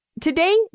Today